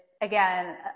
again